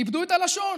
איבדו את הלשון.